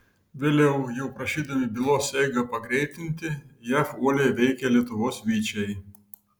vėliau jau prašydami bylos eigą pagreitinti jav uoliai veikė lietuvos vyčiai